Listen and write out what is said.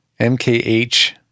MKH